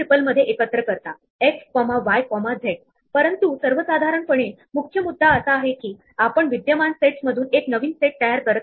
तेव्हा add q हे Q च्या मागील बाजूला x एड करते आणि रिमूव q हे क्यू च्या पुढील टोकाला असलेला एलिमेंट काढून टाकते